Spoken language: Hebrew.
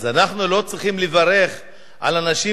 אז אנחנו לא צריכים לברך על אנשים